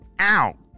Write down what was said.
Ow